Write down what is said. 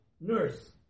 nurse